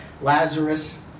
Lazarus